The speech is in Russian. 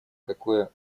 какое